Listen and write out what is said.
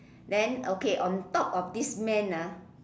then okay on top of this man ah